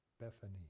Bethany